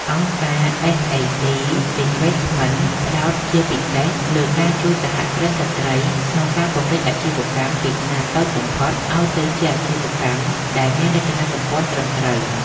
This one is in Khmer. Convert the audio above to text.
អង្គការ SHE Investments ផ្ដោតជាពិសេសលើការជួយ "សហគ្រិនស្រ្តី" ក្នុងការពង្រីកអាជីវកម្មពីខ្នាតតូចបំផុត ឱ្យទៅជាអាជីវកម្មដែលមានរចនាសម្ព័ន្ធត្រឹមត្រូវ។